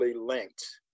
linked